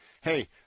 hey